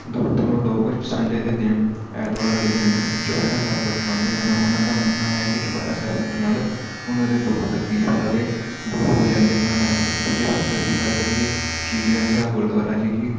ਦੂਰੋਂ ਦੂਰੋਂ ਲੋਕ ਸੰਡੇ ਦੇ ਦਿਨ ਐਤਵਾਰ ਵਾਲੇ ਦਿਨ ਚੁਪੈਰਾ ਸਾਹਿਬ ਕੱਟਣ ਆਉਂਦੇ ਹਨ ਉਹਨਾਂ ਦਾ ਮੰਨਣਾ ਹੈ ਕਿ ਚੁਪੈਰਾ ਸਾਹਿਬ ਕੱਟਣ ਨਾਲ ਉਹਨਾਂ ਦੇ ਦੁੱਖ ਤਕਲੀਫ਼ ਸਾਰੇ ਦੂਰ ਹੋ ਜਾਂਦੇ ਹਨ ਅਗਰ ਦੂਜੇ ਪਾਸੇ ਅਸੀਂ ਗੱਲ ਕਰੀਏ ਸ਼ੀਸ਼ ਗੰਜ ਸਾਹਿਬ ਗੁਰਦੁਆਰਾ ਜੀ ਜੀ